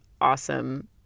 awesome